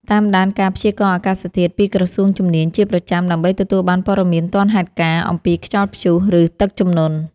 តាមដានការព្យាករណ៍អាកាសធាតុពីក្រសួងជំនាញជាប្រចាំដើម្បីទទួលបានព័ត៌មានទាន់ហេតុការណ៍អំពីខ្យល់ព្យុះ ឬ ទឹកជំនន់។